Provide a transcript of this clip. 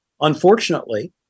Unfortunately